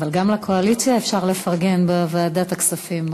אבל גם לקואליציה אפשר לפרגן בוועדת הכספים,